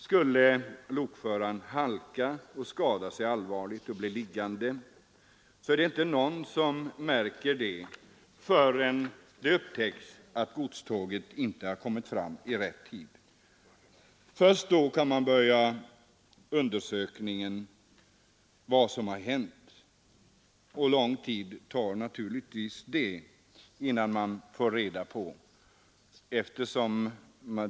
Skulle lokföraren halka, skada sig allvarligt och bli liggande reagerar inte någon förrän det upptäcks att godståget inte har kommit fram i rätt tid. Först då kan man börja undersöka vad som har hänt, och det tar naturligtvis lång tid innan man får reda på det.